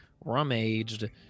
Rum-aged